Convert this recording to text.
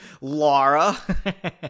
Laura